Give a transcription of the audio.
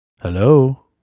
Hello